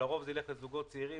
ולרוב זה ילך לזוגות צעירים,